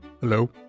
Hello